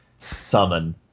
summon